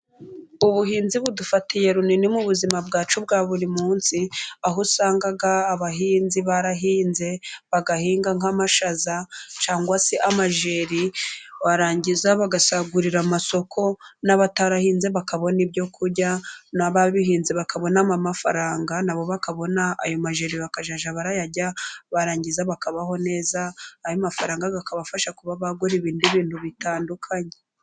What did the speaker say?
Ubuhinzi budufatiye runini mu buzima bwacu bwa buri munsi, aho usanga abahinzi barahinze, bagahinga nk'amashaza cyangwa se amajeri, barangiza bagasagurira amasoko, n'abatarahinze bakabona ibyo kurya, n'ababihinze bakabonamo amafaranga na bo bakabona ayo majeri bakazajya barayarya, barangiza bakabaho neza n'ayo mafaranga akabafasha kuba bagura ibindi bintu bitandukanye.